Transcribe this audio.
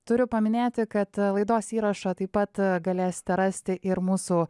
turiu paminėti kad laidos įrašą taip pat galėsite rasti ir mūsų